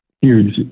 huge